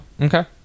okay